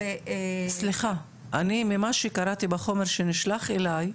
סליחה, אני ממה שקראתי בחומר שנשלח אלי,